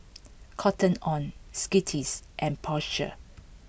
Cotton on Skittles and Porsche